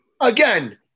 again